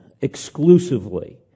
exclusively